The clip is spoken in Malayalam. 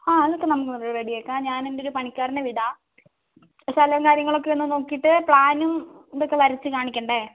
ആ അതൊക്കെ നമുക്ക് റെഡിയാക്കാം ഞാനെൻറ്റെയൊരു പണിക്കാരനെ വിടാം സ്ഥലവും കാര്യങ്ങളൊക്കെ ഒന്നു നോക്കിയിട്ട് പ്ലാനും ഇതൊക്കെ വരച്ചു കാണിക്കേണ്ടേ